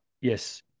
Yes